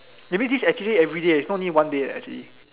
maybe this actually everyday is not only one day eh actually